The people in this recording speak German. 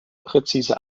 präzise